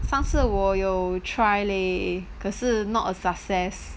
上次我有 try leh 可是 not a success